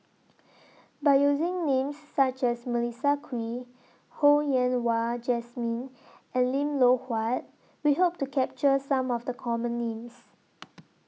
By using Names such as Melissa Kwee Ho Yen Wah Jesmine and Lim Loh Huat We Hope to capture Some of The Common Names